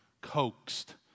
coaxed